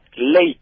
late